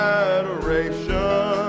adoration